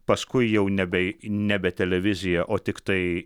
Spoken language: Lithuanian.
paskui jau nebe nebe televizija o tiktai